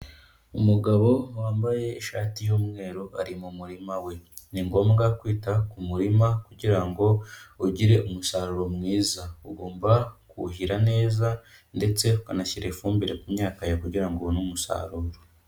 Umugabo wambaye ishati y'umweru ari mu murima we, ni ngombwa kwita ku murima kugira ngo ugire umusaruro mwiza, ugomba kuhira neza ndetse ukanashyira ifumbire ku myaka yawe kugira ngo ubone umusaruro.